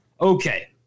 Okay